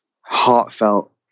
heartfelt